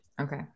okay